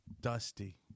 Dusty